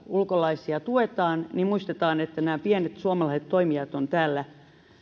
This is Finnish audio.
ulkolaisia jättifirmoja tuetaan niin muistetaan että pienet suomalaiset toimijat ovat täällä